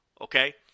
okay